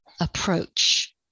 approach